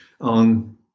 on